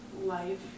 life